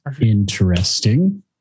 Interesting